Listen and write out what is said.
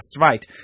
Right